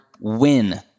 win